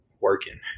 working